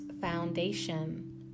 foundation